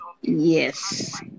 yes